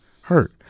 hurt